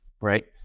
Right